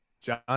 John